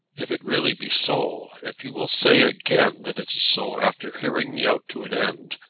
if it really be so if you will say again that it is so after hearing me out to an end,